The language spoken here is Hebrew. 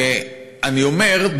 אני אומר,